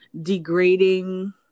degrading